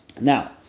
Now